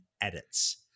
edits